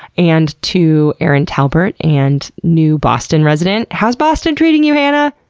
and to erin talbert and new boston resident how's boston treating you, hannah?